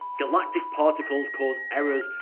galactic particles cause errors,